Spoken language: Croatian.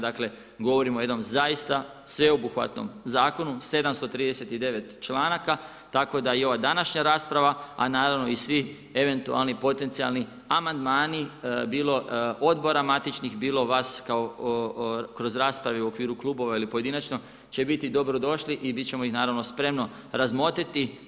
Dakle, govorimo o jednom zaista sveobuhvatnom zakonu, 739 članaka, tako da i ova današnja rasprava, a naravno i svi eventualni potencijalni amandmani, bilo odbora matičnih, bilo vas kroz rasprave u okviru klubova ili pojedinačno će biti dobrodošli i mi ćemo ih naravno spremno razmotriti.